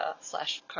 slash